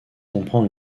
comprend